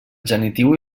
genitiu